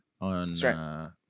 on